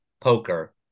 Poker